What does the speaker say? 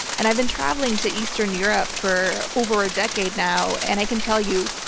and i've been traveling to eastern europe for over a decade now and i can tell you,